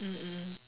mm mm